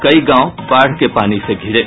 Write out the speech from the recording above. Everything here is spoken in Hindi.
कई गांव बाढ़ के पानी से घिरे